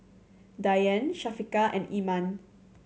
Dian Syafiqah and Iman